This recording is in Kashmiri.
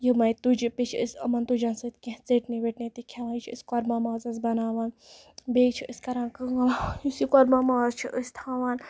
یِمے تُجہٕ بیٚیہِ چھِ أسۍ یِمن تُجن سۭتۍ کیٚنٛہہ ژیٹنہِ ویٹنہِ تہِ کھٮ۪وان یہِ چھِ أسۍ قۄربان مازَس بَناوان بیٚیہِ چھِ أسۍ کران کٲم یُس یہِ قۄربان ماز چھُ أسۍ تھاوان